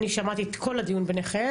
אני שמעתי את כל הדיון ביניכם.